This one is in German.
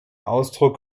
ausdruck